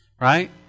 Right